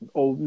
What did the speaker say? ou